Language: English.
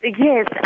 Yes